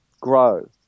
grow